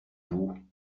bout